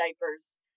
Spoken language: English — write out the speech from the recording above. diapers